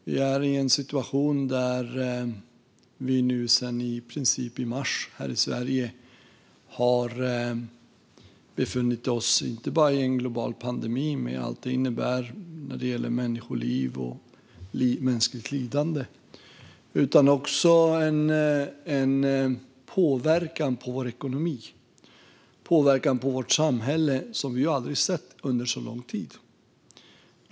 Vi har en situation där vi i Sverige i princip sedan i mars har befunnit oss i en global pandemi med allt vad det innebär inte bara när det gäller människoliv och mänskligt lidande utan också med en påverkan på vår ekonomi och på vårt samhälle som vi aldrig har sett under så här lång tid.